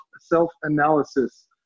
self-analysis